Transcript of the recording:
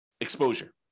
exposure